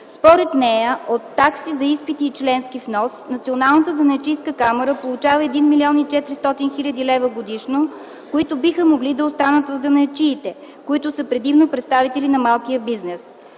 Според нея от такси за изпити и членски внос Националната занаятчийска камара получава 1 млн. 400 хил. лв. годишно, които биха могли да останат в занаятчиите, които са предимно представители на малкия бизнес.